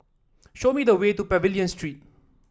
show me the way to Pavilion Street